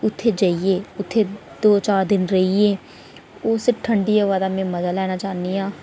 उत्थै जाइयै उत्थै दो चार दिन रेहियै उस ठंडी हवा दा में मज़ा लैना चाह्न्नी आं